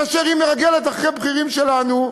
כאשר היא מרגלת אחרי בכירים שלנו.